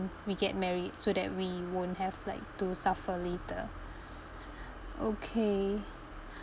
we get married so that we won't like have to suffer later okay